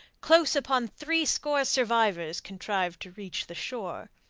close upon threescore survivors contrived to reach the shore.